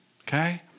okay